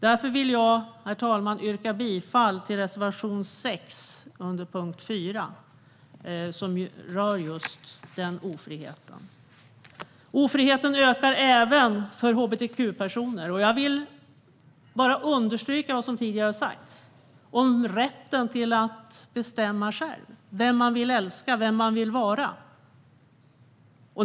Därför vill jag, herr talman, yrka bifall till reservation 6 under punkt 4, som rör just den ofriheten. Ofriheten ökar även för hbtq-personer. Jag vill understryka vad som tidigare sagts om rätten att bestämma själv vem man vill älska och vem man vill vara.